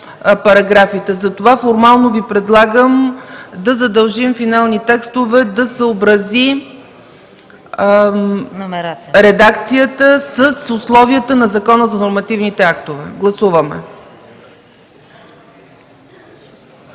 Затова формално Ви предлагам да задължим „Финални законови текстове” да съобрази редакцията с условията на Закона за нормативните актове. Гласуваме!